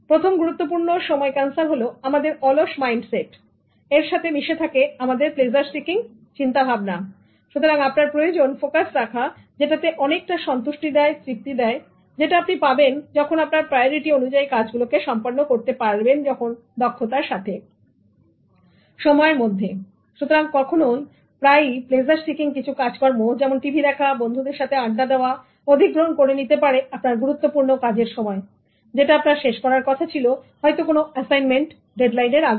প্রথম গুরুত্বপূর্ণ সময় ক্যান্সার হলো আমাদের অলস মাইন্ডসেট এর সাথে মিশে থাকে আমাদের প্লেজার সিকিং চিন্তাভাবনা সুতরাং আপনার প্রয়োজন ফোকাস রাখা যেটাতে অনেকটা সন্তুষ্টি দেয় তৃপ্তি দেয় যেটা আপনি পাবেন যখন আপনার প্রাইওরিটি অনুযায়ী কাজগুলোকে সম্পন্ন করতে পারবেন দক্ষতার সাথে সময়ের মধ্যে সুতরাং কখনো বা প্রায়ই প্লেজার সিকিং কিছু কাজকর্ম যেমন টিভি দেখা বন্ধুদের সাথে আড্ডা দেওয়া অধিগ্রহণ করে নিতে পারে আপনার গুরুত্বপূর্ণ কাজের সময় যেটা আপনার শেষ করার কথা ছিল হয়তো কোন অ্যাসাইনমেন্ট ডেডলাইন এর আগে